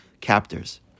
captors